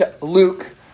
Luke